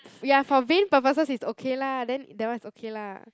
ya for vain purposes it's okay lah then that one is okay lah